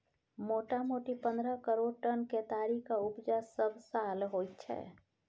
मोटामोटी पन्द्रह करोड़ टन केतारीक उपजा सबसाल होइत छै